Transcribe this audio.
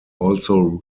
also